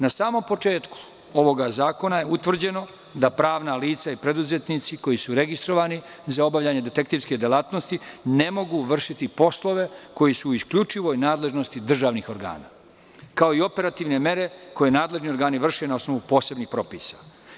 Na samom početku ovog zakona je utvrđeno da pravna lica i preduzetnici koji su registrovani za obavljanje detektivske delatnosti, ne mogu vršiti poslove koji su u isključivoj nadležnosti državnih organa, kao i operativne mere koje nadležni organi vrše na osnovu posebnih propisa.